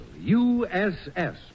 USS